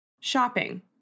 Shopping